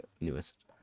newest